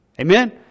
Amen